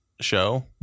show